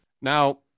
Now